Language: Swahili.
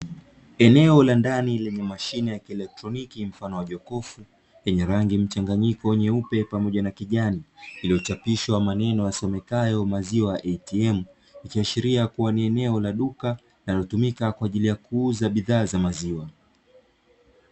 Eneo la ndani lenye mashine ya kielektroniki mfano wa jokofu, yenye rangi mchanganyiko nyeupe pamoja na kijani, iliyochapishwa maneno yasomekayo "MAZIWA ATM" ikiashiria kuwa ni eneo la duka linalotumika kwa ajili ya kuuza bidhaa za maziwa.